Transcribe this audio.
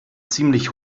ziemlich